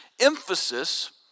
emphasis